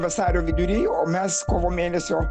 vasario vidury o mes kovo mėnesio